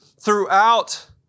throughout